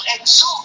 exude